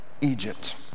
Egypt